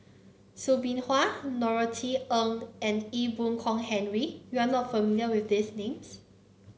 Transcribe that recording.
Soo Bin Chua Norothy Ng and Ee Boon Kong Henry you are not familiar with these names